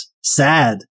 sad